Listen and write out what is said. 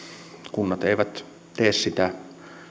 kunnat eivät tee sitä